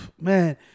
man